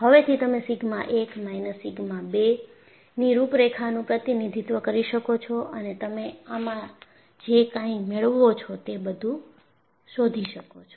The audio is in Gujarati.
હવેથી તમે સિગ્મા 1 માઈનસ સિગ્મા 2 ની રૂપરેખાનું પ્રતિનિધિત્વ કરી શકો છો અને તમે આમાં જે કાંઈ મેળવવો છો તે બધું શોધી શકો છો